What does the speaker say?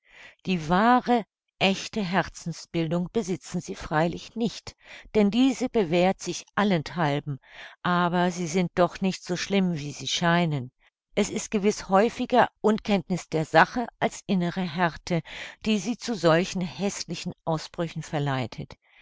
die wahre echte herzensbildung besitzen sie freilich nicht denn diese bewährt sich allenthalben aber sie sind doch nicht so schlimm wie sie scheinen es ist gewiß häufiger unkenntniß der sache als innere härte die sie zu solchen häßlichen ausbrüchen verleitet